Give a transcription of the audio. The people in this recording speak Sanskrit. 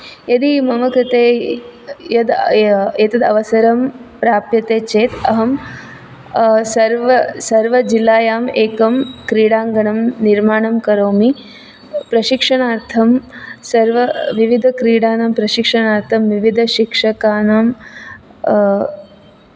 यदि मम कृते यद् एतद् अवसरं प्राप्यते चेत् अहं सर्व सर्वजिल्लायाम् एकं क्रीडागणं निर्माणं करोमि प्रशिक्षणार्थं सर्व विविधक्रीडानां प्रशिक्षणार्थं विविध शिक्षकानां